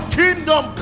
kingdom